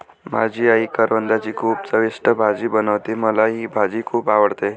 माझी आई करवंदाची खूप चविष्ट भाजी बनवते, मला ही भाजी खुप आवडते